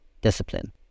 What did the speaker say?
discipline